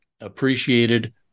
appreciated